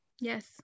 Yes